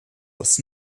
was